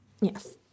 Yes